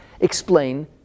explain